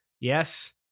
Yes